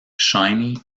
shiny